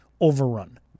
overrun